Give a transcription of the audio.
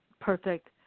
Perfect